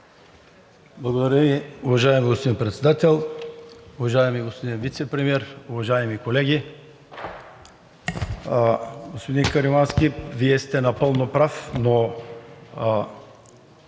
Благодаря, уважаеми господин Председател. Уважаеми господин Вицепремиер, уважаеми колеги! Господин Каримански, Вие сте напълно прав, но